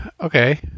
Okay